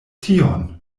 tion